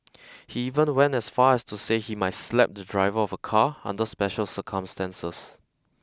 he even went as far as to say he might slap the driver of a car under special circumstances